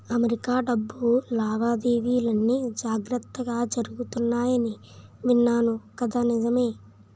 America డబ్బు లావాదేవీలన్నీ జాగ్రత్తగా జరుగుతాయని విన్నాను కదా నిజమే